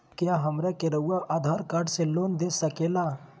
क्या हमरा के रहुआ आधार कार्ड से लोन दे सकेला?